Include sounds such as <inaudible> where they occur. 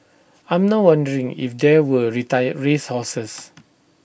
I'm now wondering if they were retired race horses <noise>